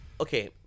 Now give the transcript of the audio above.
okay